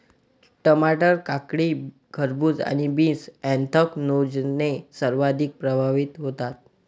टमाटर, काकडी, खरबूज आणि बीन्स ऍन्थ्रॅकनोजने सर्वाधिक प्रभावित होतात